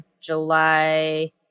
July